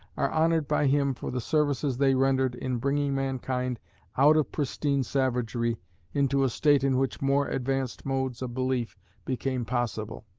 are honoured by him for the services they rendered in bringing mankind out of pristine savagery into a state in which more advanced modes of belief became possible.